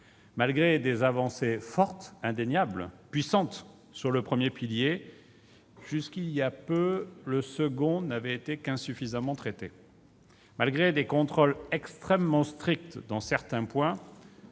Malgré des avancées fortes, indéniables, puissantes sur le premier pilier, jusqu'à il y a peu, le second n'avait été qu'insuffisamment traité. Malgré des contrôles extrêmement stricts dans certains points,